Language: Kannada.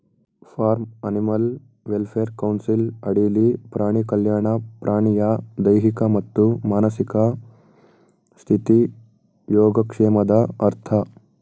ಫಾರ್ಮ್ ಅನಿಮಲ್ ವೆಲ್ಫೇರ್ ಕೌನ್ಸಿಲ್ ಅಡಿಲಿ ಪ್ರಾಣಿ ಕಲ್ಯಾಣ ಪ್ರಾಣಿಯ ದೈಹಿಕ ಮತ್ತು ಮಾನಸಿಕ ಸ್ಥಿತಿ ಯೋಗಕ್ಷೇಮದ ಅರ್ಥ